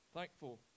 thankful